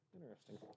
Interesting